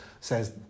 says